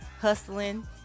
hustling